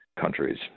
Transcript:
countries